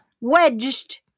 wedged